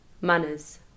manners